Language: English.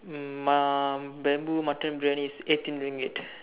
um uh bamboo mutton Briyani is eighteen Ringgit